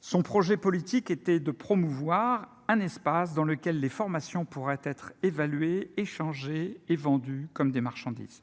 son projet politique était de promouvoir un espace dans lequel les formations pourraient être évaluées, échanger et vendus comme des marchandises,